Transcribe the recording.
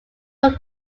were